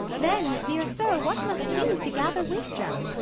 then dear sir, what must you to gather wisdom?